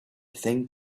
thing